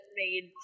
made